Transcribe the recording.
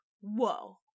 whoa